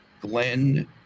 Glenn